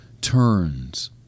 turns